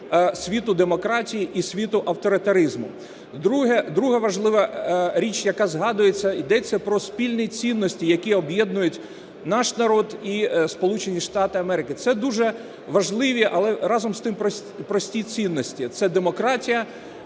світу демократії і світу авторитаризму. Друга важлива річ, яка згадується, – йдеться про спільні цінності, які об'єднують наш народ і Сполучені Штати Америки. Це дуже важливі, але разом з тим прості цінності: це демократія,